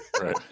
right